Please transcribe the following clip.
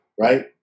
Right